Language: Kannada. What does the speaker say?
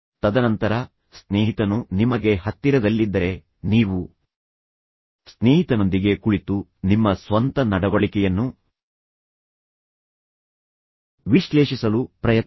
ತದನಂತರ ಸ್ನೇಹಿತನು ನಿಮಗೆ ಹತ್ತಿರದಲ್ಲಿದ್ದರೆ ನೀವು ಸ್ನೇಹಿತನೊಂದಿಗೆ ಕುಳಿತು ನಿಮ್ಮ ಸ್ವಂತ ನಡವಳಿಕೆಯನ್ನು ವಿಶ್ಲೇಷಿಸಲು ಪ್ರಯತ್ನಿಸಿ